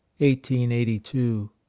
1882